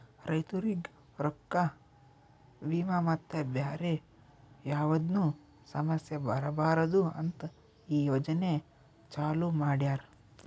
ರೈತುರಿಗ್ ರೊಕ್ಕಾ, ವಿಮಾ ಮತ್ತ ಬ್ಯಾರೆ ಯಾವದ್ನು ಸಮಸ್ಯ ಬರಬಾರದು ಅಂತ್ ಈ ಯೋಜನೆ ಚಾಲೂ ಮಾಡ್ಯಾರ್